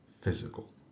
physical